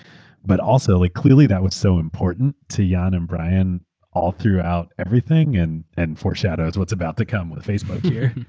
but also like clearly that was so important to jan and brian all throughout everything and and foreshadows whatas about to come with facebook here.